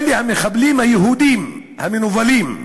אלה המחבלים היהודים, המנוולים,